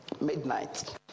midnight